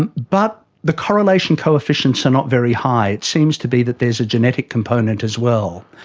and but the correlation coefficients are not very high. it seems to be that there is a genetic component as well.